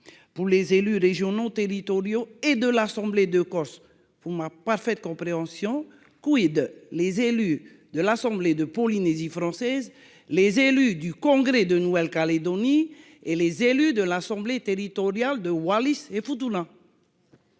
pour les élus régionaux territoriaux et de l'Assemblée de Corse, vous m'a pas fait de compréhension quid, les élus de l'assemblée de Polynésie française, les élus du Congrès de Nouvelle-Calédonie et les élus de l'assemblée territoriale de Wallis et pour